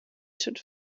should